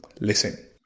listen